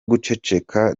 guceceka